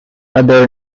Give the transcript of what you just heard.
other